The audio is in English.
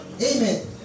Amen